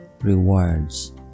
rewards